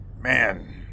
Man